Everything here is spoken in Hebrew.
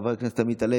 חבר הכנסת עידן רול,